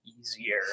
easier